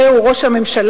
הרי הוא ראש הממשלה,